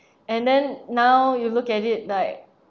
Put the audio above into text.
and then now you look at it like